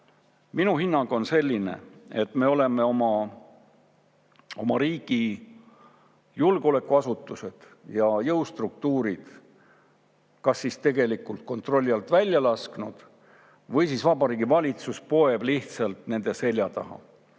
hinnang on selline, et me oleme oma riigi julgeolekuasutused ja jõustruktuurid kas siis kontrolli alt välja lasknud või Vabariigi Valitsus poeb lihtsalt nende selja taha.